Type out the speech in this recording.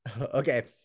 Okay